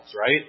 right